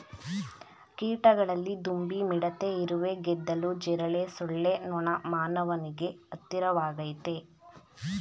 ಕೀಟಗಳಲ್ಲಿ ದುಂಬಿ ಮಿಡತೆ ಇರುವೆ ಗೆದ್ದಲು ಜಿರಳೆ ಸೊಳ್ಳೆ ನೊಣ ಮಾನವನಿಗೆ ಹತ್ತಿರವಾಗಯ್ತೆ